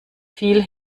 viel